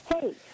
hey